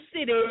city